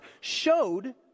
showed